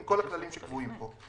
עם כל הכללים שקבועים פה.